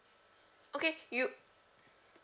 okay you